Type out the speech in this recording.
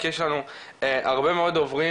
כי יש לנו הרבה מאוד דוברים,